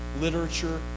literature